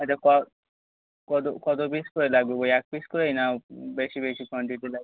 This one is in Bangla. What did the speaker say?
আচ্ছা ক কত কত পিস করে লাগবে বই এক পিস করেই না বেশি বেশি কোয়ানটিটি লাগবে